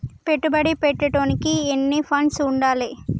పెట్టుబడి పెట్టేటోనికి ఎన్ని ఫండ్స్ ఉండాలే?